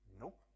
Nope